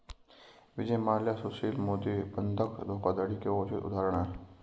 विजय माल्या सुशील मोदी बंधक धोखाधड़ी के उचित उदाहरण है